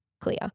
clear